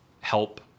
help